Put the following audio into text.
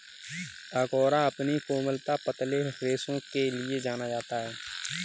angora अपनी कोमलता, पतले रेशों के लिए जाना जाता है